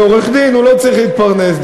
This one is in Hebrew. כעורך-דין הוא לא צריך להתפרנס,